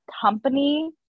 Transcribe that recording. company